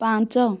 ପାଞ୍ଚ